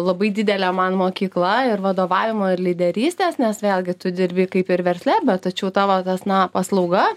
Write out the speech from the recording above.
labai didelė man mokykla ir vadovavimo ir lyderystės nes vėlgi tu dirbi kaip ir versle bet tačiau tavo tas na paslauga